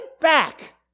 back